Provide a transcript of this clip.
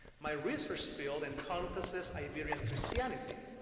my research field encompasses iberian christianity,